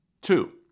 Two